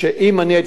גם אני חושב כמוך,